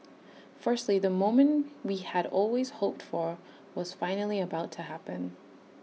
firstly the moment we had always hoped for was finally about to happen